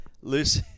Lucy